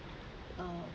uh